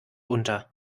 unter